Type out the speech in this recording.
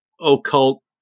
occult